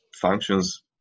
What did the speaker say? functions